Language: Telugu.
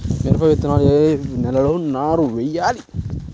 మిరప విత్తనాలు ఏ నెలలో నారు పోయాలి?